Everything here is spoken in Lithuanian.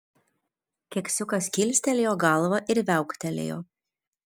keksiukas kilstelėjo galvą ir viauktelėjo